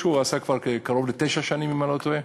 הוא עשה כבר קרוב לתשע שנים, אם אני לא טועה.